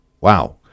Wow